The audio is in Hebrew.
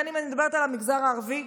בין שאני מדברת על המגזר הערבי,